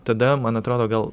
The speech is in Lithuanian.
tada man atrodo gal